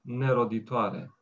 neroditoare